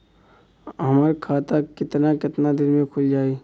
हमर खाता कितना केतना दिन में खुल जाई?